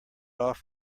off